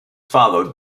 followed